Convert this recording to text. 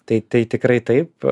tai tai tikrai taip